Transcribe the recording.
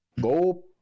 Go